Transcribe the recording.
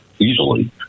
easily